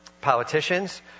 politicians